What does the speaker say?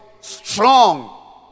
strong